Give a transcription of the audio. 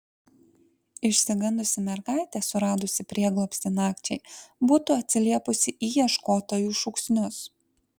išsigandusi mergaitė suradusi prieglobstį nakčiai būtų atsiliepusi į ieškotojų šūksnius